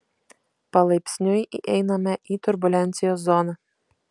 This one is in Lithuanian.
palaipsniui įeiname į turbulencijos zoną